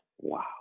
Wow